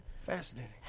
Fascinating